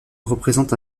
représente